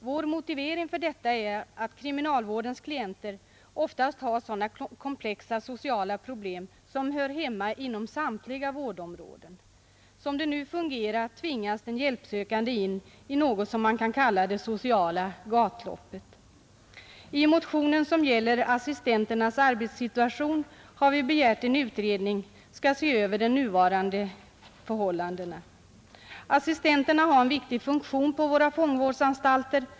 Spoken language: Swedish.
Vår motivering för detta är att kriminalvårdens klienter oftast har sådana komplexa sociala problem som hör hemma inom samtliga vårdområden. Som det nu fungerar tvingas den hjälpsökande in i något som man kan kalla ”det sociala gatloppet”. I motionen som gäller assistenternas arbetssituation har vi begärt att en utredning skall se över nuvarande förhållanden. Assistenterna har en viktig funktion på våra fångvårdsanstalter.